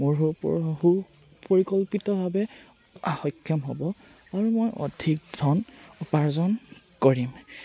মোৰ সু সু পৰিকল্পিতভাৱে সক্ষম হ'ব আৰু মই অধিক ধন উপাৰ্জন কৰিম